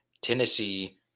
Tennessee